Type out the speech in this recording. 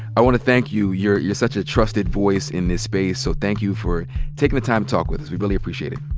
i want to thank you. you're you're such a trusted voice in this space, so thank you for taking the time to talk with us. we really appreciate it.